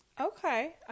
Okay